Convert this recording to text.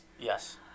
Yes